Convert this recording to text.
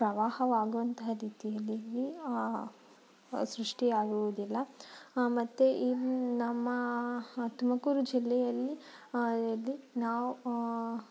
ಪ್ರವಾಹವಾಗುವಂತಹ ರೀತಿಯಲ್ಲಿ ಇಲ್ಲಿ ಸೃಷ್ಟಿಯಾಗುವುದಿಲ್ಲ ಮತ್ತು ಈ ನಮ್ಮ ತುಮಕೂರು ಜಿಲ್ಲೆಯಲ್ಲಿ ಅಲ್ಲಿ ನಾವು